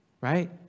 Right